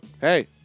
Hey